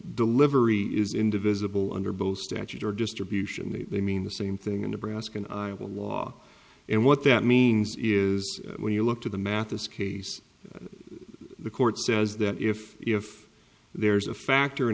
delivery is in divisible under both statute or distribution the i mean the same thing in nebraska in iowa law and what that means is when you look to the math this case the court says that if if there's a factor in